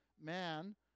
Man